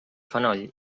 fenoll